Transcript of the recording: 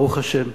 ברוך השם,